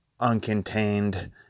uncontained